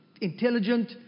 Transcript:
intelligent